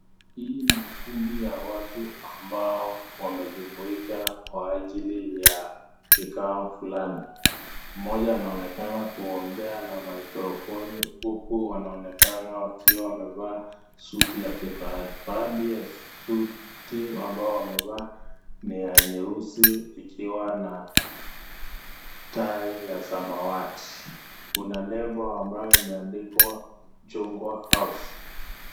Hii ni ukumbi ya watu ambao wamejumika kwa ajili ya kikao fulani. Mmoja anaonekana kuongea na mikrofoni huku wanaonekana wakiwa wamevaa suti ya kifahari. Baadhi ya suti ambao wamevaa ni ya nyeusi ikiwa na tai ya samawati. Kuna nembo ambayo imeandikwa Chungwa House .